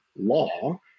law